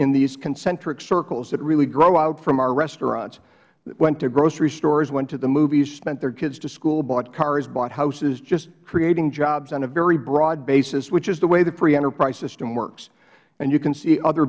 in these concentric circles that really grow out from our restaurants went to grocery stores went to the movies spent their kids to school bought cars bought houses just creating jobs on a very broad basis which is the way free enterprise system works and you can see other